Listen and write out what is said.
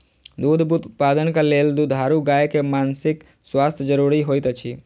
दूध उत्पादनक लेल दुधारू गाय के मानसिक स्वास्थ्य ज़रूरी होइत अछि